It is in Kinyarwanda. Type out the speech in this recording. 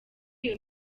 iyo